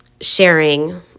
sharing